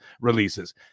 releases